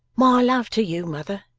my love to you, mother.